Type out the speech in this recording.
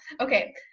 Okay